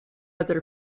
other